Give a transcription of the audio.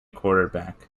quarterback